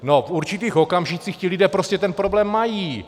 No, v určitých okamžicích ti lidé prostě ten problém mají.